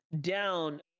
down